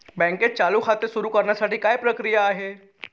बँकेत चालू खाते सुरु करण्यासाठी काय प्रक्रिया आहे?